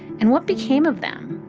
and what became of them?